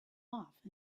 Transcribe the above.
off